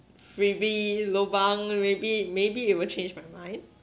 freebie lobang maybe maybe it will change my mind